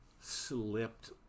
slipped